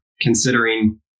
considering